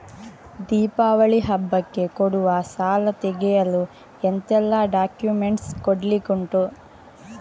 ದೀಪಾವಳಿ ಹಬ್ಬಕ್ಕೆ ಕೊಡುವ ಸಾಲ ತೆಗೆಯಲು ಎಂತೆಲ್ಲಾ ಡಾಕ್ಯುಮೆಂಟ್ಸ್ ಕೊಡ್ಲಿಕುಂಟು?